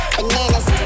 Bananas